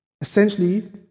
essentially